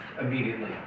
immediately